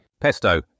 Pesto